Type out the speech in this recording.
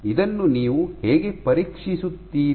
ಇದನ್ನು ನೀವು ಹೇಗೆ ಪರೀಕ್ಷಿಸುತ್ತೀರಿ